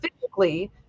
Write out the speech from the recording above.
physically